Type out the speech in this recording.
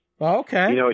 Okay